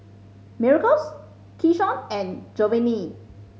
Miracles Keyshawn and Jovani